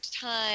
time